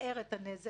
למזער את הנזק,